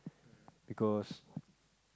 because